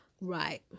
Right